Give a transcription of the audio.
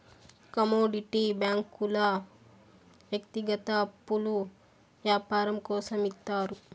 commodity బ్యాంకుల వ్యక్తిగత అప్పులు యాపారం కోసం ఇత్తారు